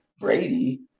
Brady